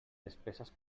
despeses